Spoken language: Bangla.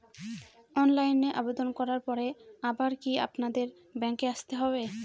অনলাইনে আবেদন করার পরে আবার কি আপনাদের ব্যাঙ্কে আসতে হবে?